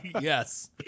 Yes